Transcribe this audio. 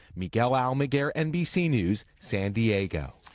miguel almaguer, nbc news, san diego.